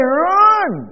run